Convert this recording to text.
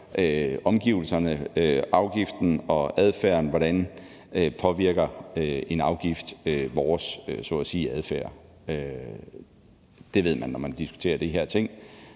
omgivelserne påvirker afgiften og adfærden, hvordan en afgift påvirker vores adfærd. Det ved man er svært, når man diskuterer de her ting.